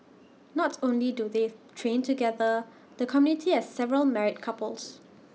not only do they train together the community has several married couples